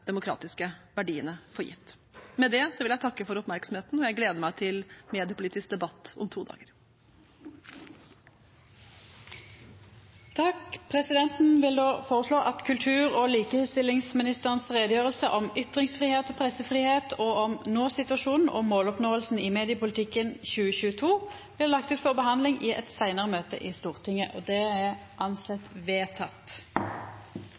demokratiske verdiene for gitt. Med det vil jeg takke for oppmerksomheten, og jeg gleder meg til mediepolitisk debatt om to dager. Presidenten vil då føreslå at utgreiinga frå kultur- og likestillingsministeren om ytringsfridom, pressefridom og om nosituasjonen og måloppnåinga i mediepolitikken 2022 blir lagd ut til behandling i eit seinare møte i Stortinget. – Det er